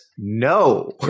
No